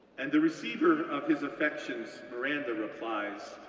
and the receiver of his affections, miranda, replies,